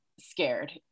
scared